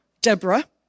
Deborah